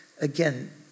again